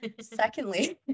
Secondly